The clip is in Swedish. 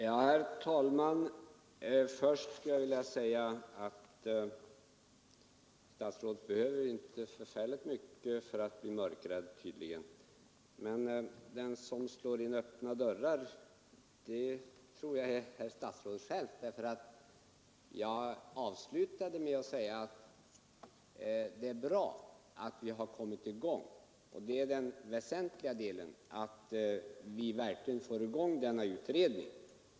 Herr talman! Först skulle jag vilja säga att det tydligen inte behövs så mycket för att herr statsrådet skall bli mörkrädd. Den som slår in öppna dörrar tror jag emellertid är herr statsrådet själv. Jag avslutade nämligen mitt anförande med att säga att det är bra vi har kommit i gång. Det väsentliga är att vi verkligen får i gång denna utredning.